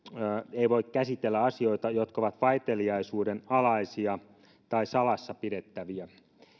ei voi käsitellä asioita jotka ovat vaiteliaisuuden alaisia tai salassa pidettäviä